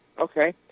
Okay